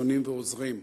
ציונים ועוזרים.